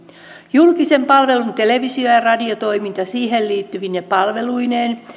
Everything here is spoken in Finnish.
julkisen palvelun televisio ja radiotoiminta siihen liittyvine palveluineen